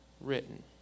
written